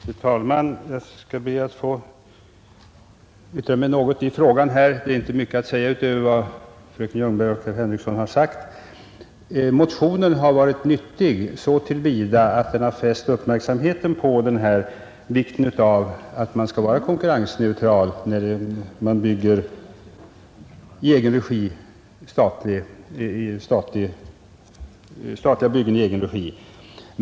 Fru talman! Jag skall be att kortfattat få yttra mig i denna fråga; det är inte mycket att säga utöver vad fröken Ljungberg och herr Henrikson har sagt. Motionen har varit nyttig så till vida att den har fäst uppmärksamheten på vikten av att vara konkurrensneutral när det gäller statliga byggen i egen regi.